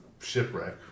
shipwreck